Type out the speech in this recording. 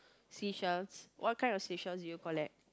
seashells what kind of seashells did you collect